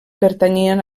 pertanyien